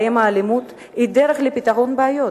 שבהם האלימות היא דרך לפתרון בעיות,